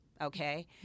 okay